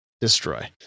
destroy